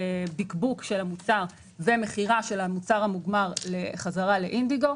בקבוק של המוצר ומכירת המוצר המוגמר חזרה לאינדיגו.